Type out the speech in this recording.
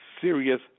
serious